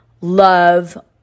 love